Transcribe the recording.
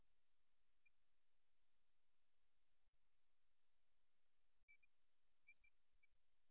இந்த புகைப்படத்தில் ஒரு நபர் கால்களுக்கு இடையேயான நிலையான இடைவெளியில் தரையில் உறுதியாக நடப்பட்டிருப்பதைக் காண்கிறோம்